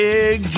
Big